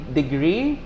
degree